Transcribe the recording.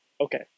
Okay